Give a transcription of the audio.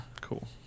cool